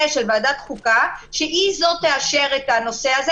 של ועדת חוקה שהיא זו שתאשר את הנושא הזה,